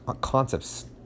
concepts